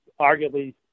arguably